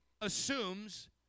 assumes